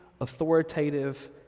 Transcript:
authoritative